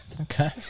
Okay